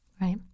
Right